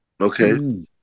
Okay